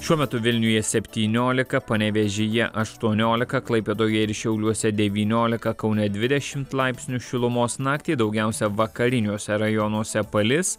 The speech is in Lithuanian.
šiuo metu vilniuje septyniolika panevėžyje aštuoniolika klaipėdoje ir šiauliuose devyniolika kaune dvidešimt laipsnių šilumos naktį daugiausia vakariniuose rajonuose palis